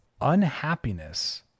unhappiness